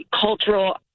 cultural